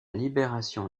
libération